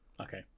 Okay